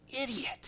idiot